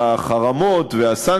נגדנו.